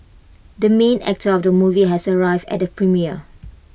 the main actor of the movie has arrived at the premiere